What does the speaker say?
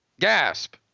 Gasp